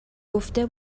گفته